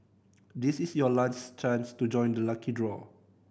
this is your last chance to join the lucky draw